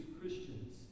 Christians